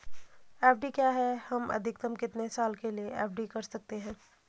FD क्या है हम अधिकतम कितने साल के लिए एफ.डी कर सकते हैं?